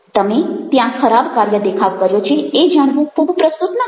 તમે ત્યાં ખરાબ કાર્ય દેખાવ કર્યો છે એ જાણવું ખૂબ પ્રસ્તુત નથી